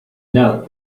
note